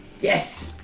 Yes